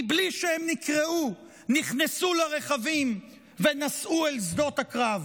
מבלי שהם נקראו, נכנסו לרכבים ונסעו עם שדות הקרב.